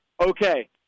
okay